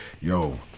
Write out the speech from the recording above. yo